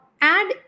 add